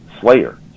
Slayer